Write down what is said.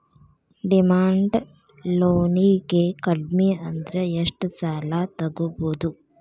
Demand ಲೊನಿಗೆ ಕಡ್ಮಿಅಂದ್ರ ಎಷ್ಟ್ ಸಾಲಾ ತಗೊಬೊದು?